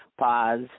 pause